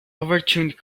overturned